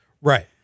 Right